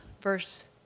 verse